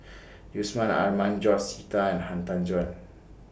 Yusman Aman George Sita and Han Tan Juan